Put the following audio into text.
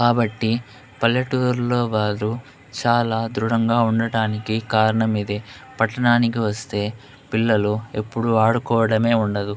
కాబట్టి పల్లెటూర్లో వారు చాలా దృఢంగా ఉండటానికి కారణం ఇదే పట్టణానికి వస్తే పిల్లలు ఎప్పుడూ ఆడుకోవడమే ఉండదు